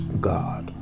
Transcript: God